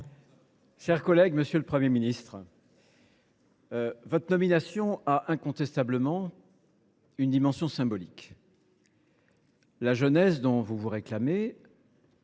Les Républicains. Monsieur le Premier ministre, votre nomination a incontestablement une dimension symbolique. La jeunesse dont vous vous réclamez